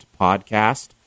podcast